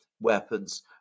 weapons